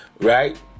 Right